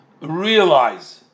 realize